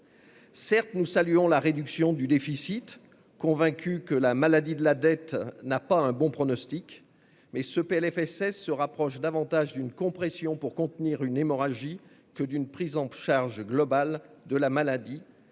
Certes, nous saluons la réduction du déficit, convaincus que la maladie de la dette n'a pas un bon pronostic. Cependant, ce PLFSS relève davantage d'une compression exercée afin de contenir une hémorragie que d'une prise en charge globale de la maladie.